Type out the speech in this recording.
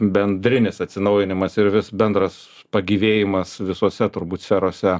bendrinis atsinaujinimas ir vis bendras pagyvėjimas visose turbūt sferose